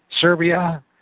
Serbia